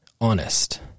honest